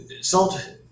salt